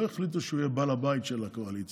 החליטו שהוא יהיה בעל הבית של הקואליציה,